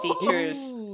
features